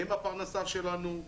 הם הפרנסה שלנו.